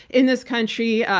in this country.